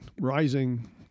rising